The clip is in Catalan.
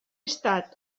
estat